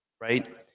right